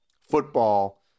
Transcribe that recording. football